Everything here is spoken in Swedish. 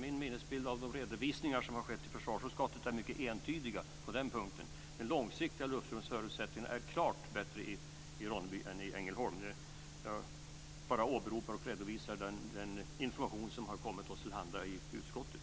Min minnesbild av de redovisningar som har skett i Försvarsutskottet är entydiga på den punkten, dvs. de långsiktiga luftrumsförutsättningarna är klart bättre i Ronneby än i Ängelholm. Jag åberopar och redovisar den information som har kommit oss till handa i utskottet.